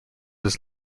his